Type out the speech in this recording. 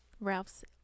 ralph's